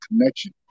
connection